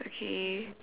okay